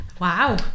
Wow